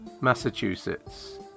Massachusetts